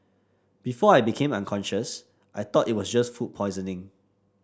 before I became unconscious I thought it was just food poisoning